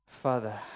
Father